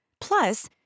Plus